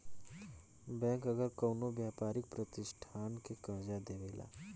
bank अगर कवनो व्यापारिक प्रतिष्ठान के कर्जा देवेला